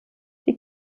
die